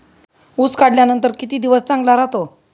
ऊस काढल्यानंतर किती दिवस चांगला राहतो?